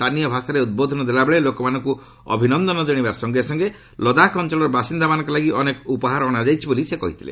ସ୍ଥାନୀୟ ଭାଷାରେ ଉଦ୍ବୋଧନ ଦେଲାବେଳେ ଲୋକମାନଙ୍କୁ ଅଭିନନ୍ଦନ ଜଣାଇବା ସଙ୍ଗେସଙ୍ଗେ ଳଦାଖ ଅଞ୍ଚଳର ବାସିନ୍ଦାମାନଙ୍କ ଲାଗି ଅନେକ ଉପହାର ଅଶାଯାଇଛି ବୋଲି ସେ କହିଥିଲେ